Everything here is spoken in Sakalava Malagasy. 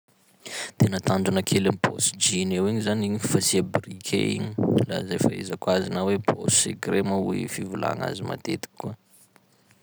Tena tanjona kely amy paosy jeans eo igny zany igny fasià briquet igny, la zay ahaizako azy na hoe paisy secret moa hoy fivolagna azy matetiky koa.